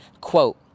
quote